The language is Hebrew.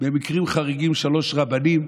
במקרים חריגים שלושה רבנים,